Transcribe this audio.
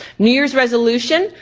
new year's resolution,